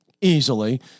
easily